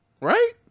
Right